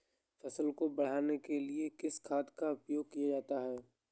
फसल को बढ़ाने के लिए किस खाद का प्रयोग किया जाता है?